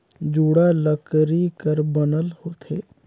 जुड़ा लकरी कर बनल होथे